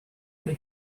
drwy